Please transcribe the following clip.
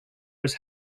was